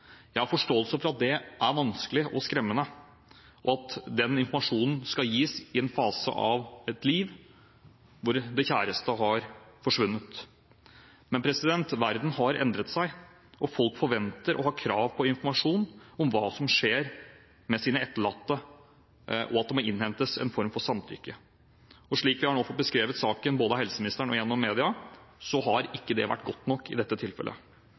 Jeg har forståelse for at det er vanskelig og skremmende, og at denne informasjonen skal gis i en fase av livet da det kjæreste er borte. Men verden har endret seg. Folk forventer og har krav på informasjon om hva som skjer med deres døde barn, og det må innhentes en form for samtykke. Slik vi nå har fått beskrevet saken, både av helseministeren og gjennom media, har ikke det vært godt nok i dette tilfellet.